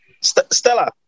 Stella